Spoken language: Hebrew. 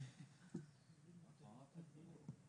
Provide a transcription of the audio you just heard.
של אמצעים או מתקנים שגורמים למפגע